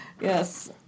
Yes